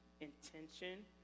intention